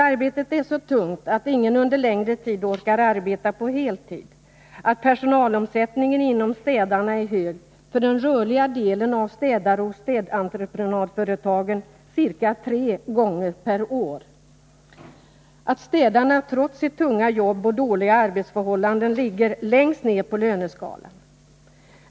Arbetet är så tungt att ingen under längre tid orkar arbeta på heltid. Personalomsättningen bland städarna är hög — för den rörliga delen av städare hos städentreprenadföretagen ca tre gånger per år. Städarna ligger trots sitt tunga jobb och sina dåliga arbetsförhållanden längst ner på löneskalan.